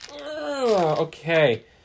Okay